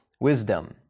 wisdom